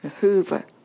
hoover